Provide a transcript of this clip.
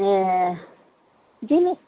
ए बिदिनो